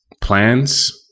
plans